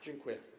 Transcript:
Dziękuję.